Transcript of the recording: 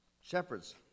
shepherds